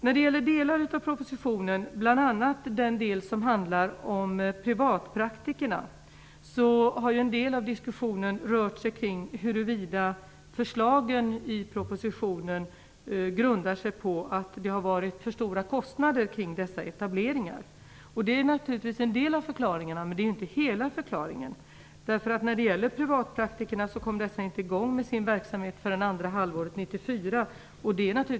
När det gäller bl.a. den del av propositionen som handlar om privatpraktikerna har en del av diskussionen rört sig kring huruvida förslagen grundar sig på att det har varit för stora kostnader kring deras etableringar. Det är naturligtvis en del av förklaringen. Men det är inte hela förklaringen. Privatpraktikerna kom inte i gång med sin verksamhet förrän andra halvåret 1994.